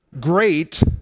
great